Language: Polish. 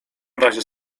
razie